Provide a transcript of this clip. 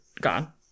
gone